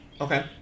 Okay